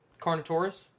Carnotaurus